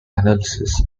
analysis